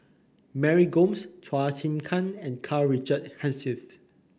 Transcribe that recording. Mary Gomes Chua Chim Kang and Karl Richard Hanitsch